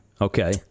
Okay